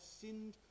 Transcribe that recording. sinned